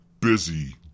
busy